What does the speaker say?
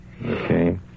Okay